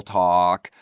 talk